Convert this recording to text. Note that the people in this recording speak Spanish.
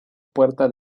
puerta